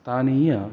स्थानीय